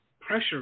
Pressure